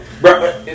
bro